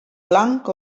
blanc